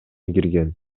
кирген